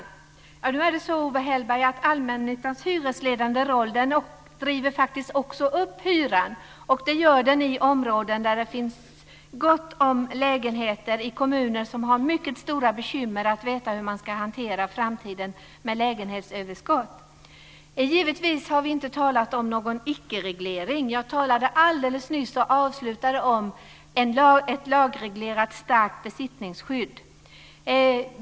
Fru talman! Owe Hellberg, allmännyttans hyresledande roll driver faktiskt också upp hyran. Så är det i områden där det finns gott om lägenheter, i kommuner som har mycket stora bekymmer när det gäller att veta hur framtiden ska hanteras med lägenhetsöverskott. Givetvis har vi inte talat om icke-reglering. Alldeles nyss talade jag i slutet av mitt anförande om ett lagreglerat starkt besittningsskydd.